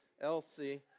Elsie